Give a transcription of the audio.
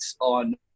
on